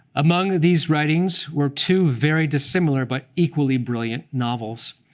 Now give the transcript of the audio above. among these writings were two very dissimilar, but equally brilliant novels.